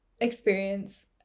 experience